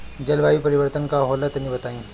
जलवायु परिवर्तन का होला तनी बताई?